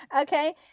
Okay